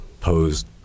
posed